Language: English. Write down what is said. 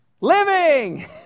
Living